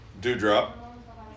Dewdrop